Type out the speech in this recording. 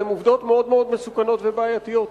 והן עובדות מאוד מאוד מסוכנות ובעייתיות.